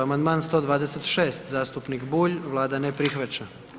Amandman 126, zastupnik Bulj, Vlada ne prihvaća.